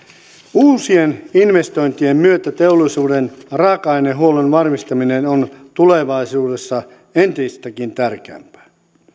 uusien investointien myötä teollisuuden raaka ainehuollon varmistaminen on tulevaisuudessa entistäkin tärkeämpää